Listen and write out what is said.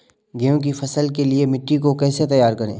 गेहूँ की फसल के लिए मिट्टी को कैसे तैयार करें?